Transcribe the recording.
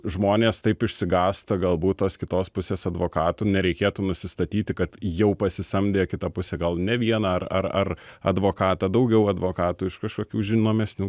žmonės taip išsigąsta galbūt tos kitos pusės advokatų ir nereikėtų nusistatyti kad jau pasisamdė kita pusė gal ne vieną ar ar ar advokatą daugiau advokatų iš kažkokių žinomesnių